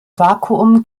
vakuum